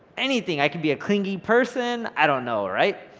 anything. i can be a clingy person, i don't know right,